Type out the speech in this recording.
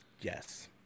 Yes